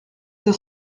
deux